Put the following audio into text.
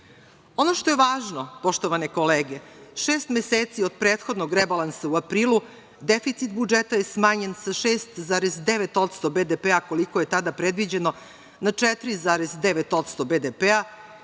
što je važno poštovane kolege, šest meseci od prethodnog rebalansa u aprilu deficit budžeta je smanjen sa 6,9% BDP koliko je tada predviđeno na 4,9% BDP